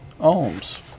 Ohms